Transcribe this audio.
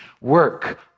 work